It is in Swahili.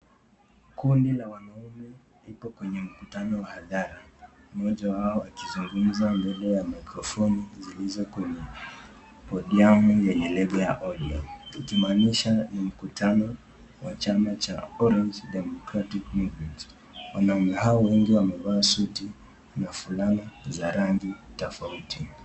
Kundi la wanaume liko kwenye mkutano la hadhara. Mmoja wao akizungumza mbele ya mikrofoni zilizo kwenye podiamu lenye lebo ya ODM ikimaanisha ni mkutano wa chama cha Orange Democratic Movement. Wanaume hawa wengi wamevaa suti na fulana za rangi tofauti.